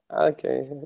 Okay